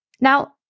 Now